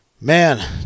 man